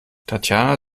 tatjana